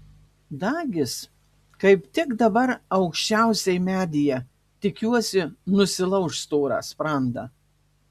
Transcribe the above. dagis kaip tik dabar aukščiausiai medyje tikiuosi nusilauš storą sprandą